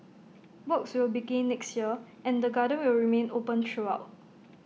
works will begin next year and the garden will remain open throughout